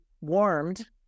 warmed